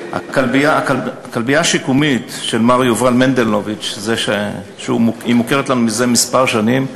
הכלבייה השיקומית של מר יובל מנדלוביץ מוכרת לנו זה כמה שנים.